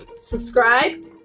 subscribe